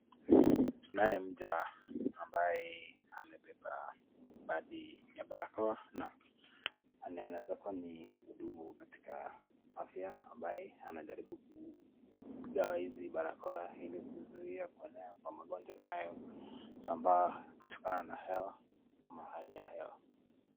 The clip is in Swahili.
Tunaye mja ambaye amebeba baadhi ya barakoa na anaweza kuwa ni mhudumu katika afya na ambaye anajaribu kugawa hizi barakoa ili kuzuia kuenea kwa magonjwa inayosambaa kutokana na hewa ama hali ya hewa.